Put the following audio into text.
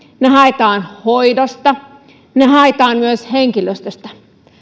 ne haetaan hoidosta ne haetaan myös henkilöstöstä